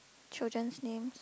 children's names